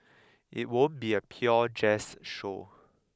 it won't be a pure jazz show